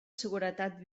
seguretat